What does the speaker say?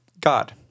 God